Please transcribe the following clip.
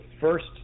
first